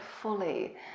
fully